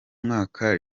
mwaka